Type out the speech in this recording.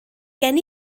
gen